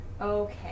Okay